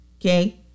okay